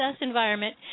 environment